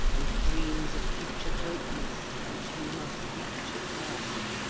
and dreams of future greatness which he must reach at last